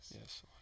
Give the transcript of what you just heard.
Yes